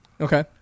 Okay